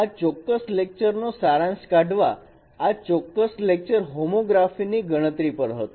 તો આ ચોક્કસ લેક્ચર નો સારાંશ કાઢવા આ ચોક્કસ લેક્ચર હોમોગ્રાફી ની ગણતરી પર હતો